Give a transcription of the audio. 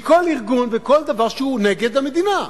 מכל ארגון וכל דבר שהוא נגד המדינה.